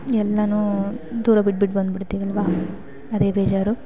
ಎಲ್ಲವೂ ದೂರ ಬಿಟ್ಬಿಟ್ಟು ಬಂದ್ಬಿಡ್ತಿವಲ್ವಾ ಅದೇ ಬೇಜಾರು